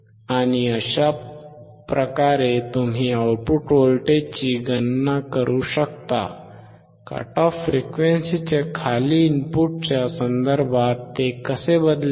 आणि अशा प्रकारे तुम्ही आउटपुट व्होल्टेजची गणना करू शकता कट ऑफ फ्रिक्वेन्सीच्या खाली इनपुटच्या संदर्भात ते कसे बदलेल